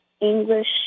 English